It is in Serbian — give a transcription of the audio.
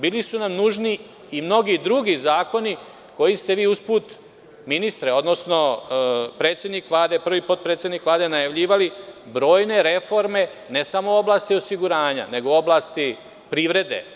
Bili su nam nužni i mnogi drugi zakoni koje ste vi uz put, ministre, odnosno predsednik Vlade, prvi potpredsednik Vlade najavljivali, brojne reforme ne samo u oblasti osiguranja nego u oblasti privrede.